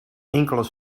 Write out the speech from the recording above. enkele